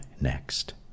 next